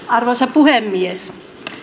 arvoisa puhemies